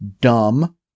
dumb